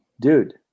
Dude